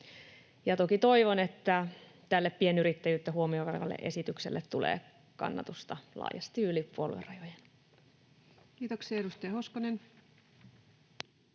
Toki toivon, että tälle pienyrittäjyyttä huomioivalle esitykselle tulee kannatusta laajasti yli puoluerajojen. Kiitoksia. — Edustaja Hoskonen.